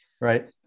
right